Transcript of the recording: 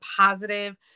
positive